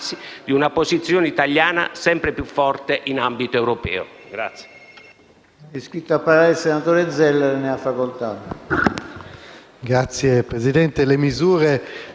di una posizione italiana sempre più forte in ambito europeo.